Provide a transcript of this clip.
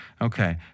Okay